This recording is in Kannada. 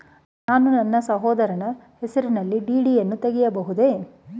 ನಾನು ನನ್ನ ಸಹೋದರನ ಹೆಸರಿನಲ್ಲಿ ಡಿ.ಡಿ ಯನ್ನು ತೆಗೆಯಬಹುದೇ?